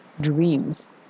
dreams